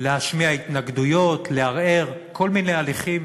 להשמיע התנגדויות, לערער, כל מיני הליכים